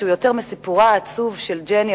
שיותר מהיותו סיפורה העצוב של ג'ני,